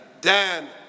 Dan